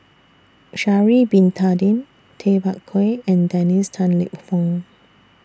Sha'Ari Bin Tadin Tay Bak Koi and Dennis Tan Lip Fong